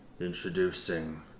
Introducing